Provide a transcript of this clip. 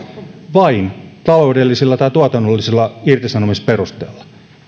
vain taloudellisella tai tuotannollisella irtisanomisperusteella